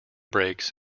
brakes